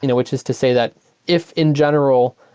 you know which is to say that if, in general,